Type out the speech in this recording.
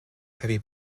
heavy